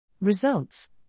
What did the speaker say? Results